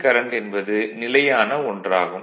current என்பது நிலையான ஒன்றாகும்